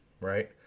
Right